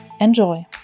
Enjoy